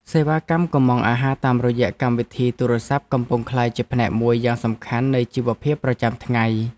សេវាកម្មកុម្ម៉ង់អាហារតាមរយៈកម្មវិធីទូរស័ព្ទកំពុងក្លាយជាផ្នែកមួយយ៉ាងសំខាន់នៃជីវភាពប្រចាំថ្ងៃ។